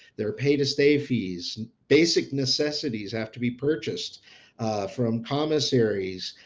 there are pay-to-stay fees, basic necessities have to be purchased from commissaries.